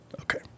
Okay